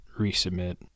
resubmit